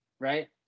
right